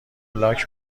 لاک